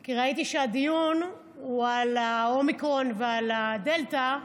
כי ראיתי שהדיון הוא על האומיקרון ועל הדלתא,